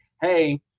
hey